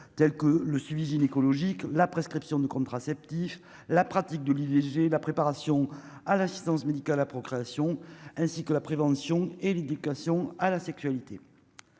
telles que le suivi gynécologique, la prescription de contraceptifs, la pratique de l'IVG, la préparation à l'assistance médicale à procréation ainsi que la prévention et l'éducation à la sexualité,